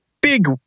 big